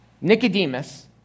Nicodemus